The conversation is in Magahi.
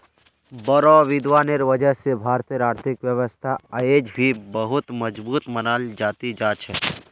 बोड़ो विद्वानेर वजह स भारतेर आर्थिक व्यवस्था अयेज भी बहुत मजबूत मनाल जा ती जा छ